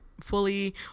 fully